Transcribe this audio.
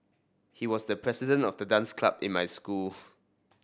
he was the president of the dance club in my school